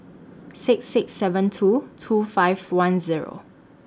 six six seven two two five one Zero